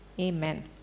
Amen